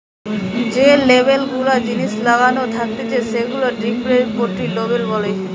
যে লেবেল গুলা জিনিসে লাগানো থাকতিছে সেগুলাকে ডেস্ক্রিপটিভ লেবেল বলতিছে